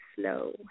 slow